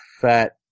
fat